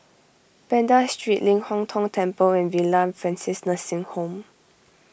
Banda Street Ling Hong Tong Temple and Villa Francis Nursing Home